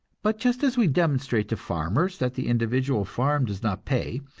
but just as we demonstrate to farmers that the individual farm does not pay,